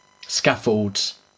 scaffolds